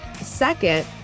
Second